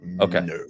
Okay